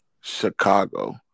Chicago